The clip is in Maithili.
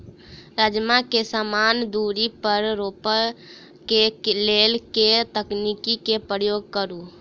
राजमा केँ समान दूरी पर रोपा केँ लेल केँ तकनीक केँ प्रयोग करू?